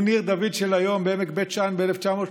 הוא ניר דוד של היום בעמק בית שאן ב-1936,